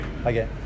Okay